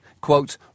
quote